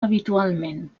habitualment